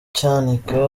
cyanika